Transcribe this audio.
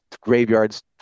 graveyards